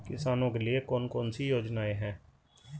किसानों के लिए कौन कौन सी योजनाएं हैं?